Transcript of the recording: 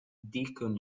deacon